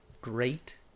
great